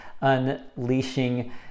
unleashing